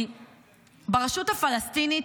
כי ברשות הפלסטינית,